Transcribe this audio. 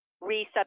reset